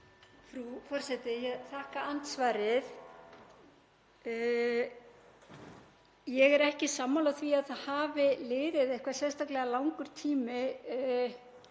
Frú forseti. Ég þakka andsvarið. Ég er ekki sammála því að það hafi liðið eitthvað sérstaklega langur tími,